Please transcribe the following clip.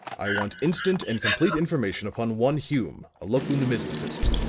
i want instant and complete information upon one hume, a local numismatist,